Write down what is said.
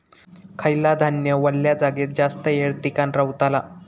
खयला धान्य वल्या जागेत जास्त येळ टिकान रवतला?